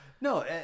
No